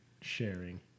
sharing